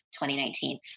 2019